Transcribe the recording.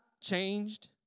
changed